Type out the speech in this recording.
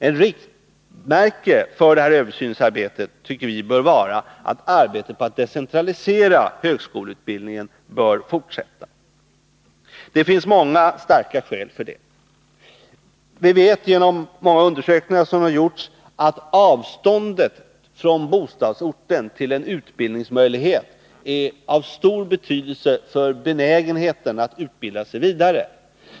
Ett riktmärke för denna översyn bör enligt vår mening vara att arbetet för att decentralisera högskoleutbildningen skall fortsätta. Det finns många starka skäl för det. Vi vet genom många undersökningar som har gjorts att avståndet från bostadsorten till en utbildningsmöjlighet är av stor betydelse för benägenheten att utbilda sig vidare.